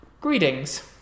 Greetings